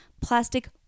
plastic